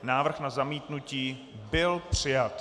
Návrh na zamítnutí byl přijat.